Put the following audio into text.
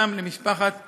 גם למשפחת הישראלי.